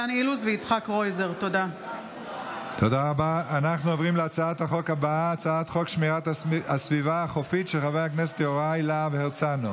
דן אילוז ויצחק קרויזר בנושא: זיהום אוויר חמור שנגרם